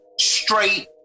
straight